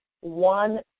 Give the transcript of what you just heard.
one